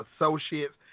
associates